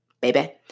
baby